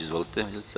Izvolite.